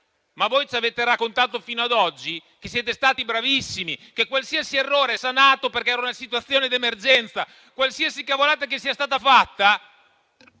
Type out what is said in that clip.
Ma voi ci avete raccontato fino ad oggi che siete stati bravissimi, che qualsiasi errore è sanato perché era una situazione di emergenza, che qualsiasi cavolata sia stata fatta